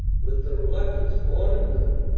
with the reluctance born in women,